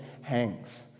hangs